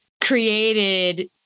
created